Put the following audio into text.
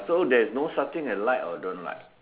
so there is no such thing as like or don't like